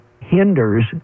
hinders